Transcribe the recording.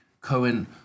Cohen